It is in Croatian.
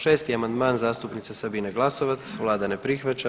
6. amandman zastupnice Sabine Glasovac Vlada ne prihvaća.